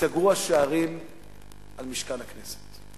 ייסגרו השערים על משכן הכנסת,